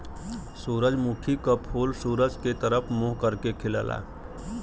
सूरजमुखी क फूल सूरज के तरफ मुंह करके खिलला